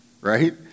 Right